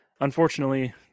unfortunately